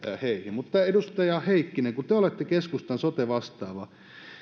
mutta edustaja heikkinen te olette keskustan sote vastaava